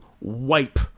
wipe